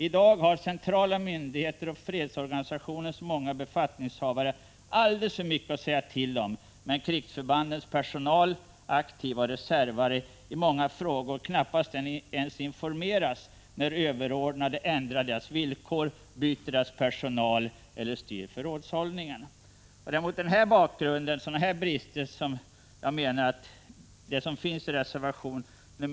I dag har centrala myndigheter och fredsorganisationens många beslutsfattare alldeles för mycket att säga till om, medan krigsförbandens personal — aktiva och reservare — i många frågor knappast ens informeras när överordnade ändrar deras villkor, byter personal eller styr förrådshållningen. Det är mot bakgrund av sådana brister som man skall se reservation 6.